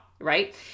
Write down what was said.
right